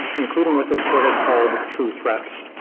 including what this court has called true threats.